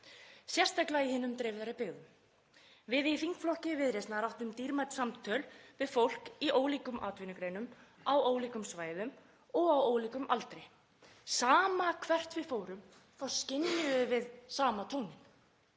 sérstaklega í hinum dreifðari byggðum. Við í þingflokki Viðreisnar áttum dýrmæt samtöl við fólk í ólíkum atvinnugreinum á ólíkum svæðum og á ólíkum aldri. Sama hvert við fórum þá skynjuðum við sama tóninn,